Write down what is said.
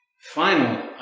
Final